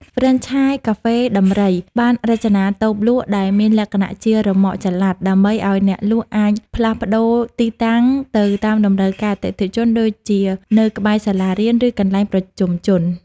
ហ្វ្រេនឆាយ កាហ្វេដំរី (Elephant Coffee) បានរចនាតូបលក់ដែលមានលក្ខណៈជា "រ៉ឺម៉កចល័ត" ដើម្បីឱ្យអ្នកលក់អាចផ្លាស់ប្តូរទីតាំងទៅតាមតម្រូវការអតិថិជន ដូចជានៅក្បែរសាលារៀន ឬកន្លែងប្រជុំជន។